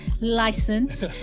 license